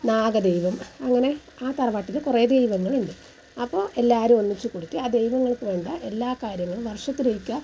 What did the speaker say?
നാഗദൈവം അങ്ങനെ ആ തറവാട്ടിൽ കുറേ ദൈവങ്ങളുണ്ട് അപ്പോൾ എല്ലാവരും ഒന്നിച്ചു കൂടിയിട്ട് ആ ദൈവങ്ങൾക്കു വേണ്ട എല്ലാ കാര്യങ്ങളും വർഷത്തിലൊരിക്കൽ